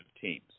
teams